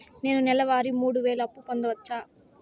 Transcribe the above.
నేను నెల వారి మూడు వేలు అప్పు పొందవచ్చా?